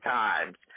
times